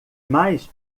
mas